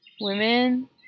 women